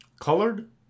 Colored